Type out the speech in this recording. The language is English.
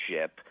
ship